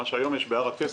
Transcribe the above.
מה שהיום יש בהר כסף,